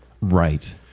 right